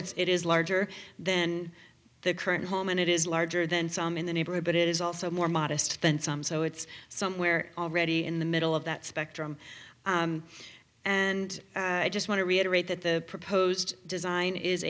it's it is larger then the current home and it is larger than some in the neighborhood but it is also more modest than some so it's somewhere already in the middle of that spectrum and i just want to reiterate that the proposed design is